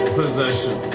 possession